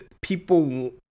People